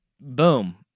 Boom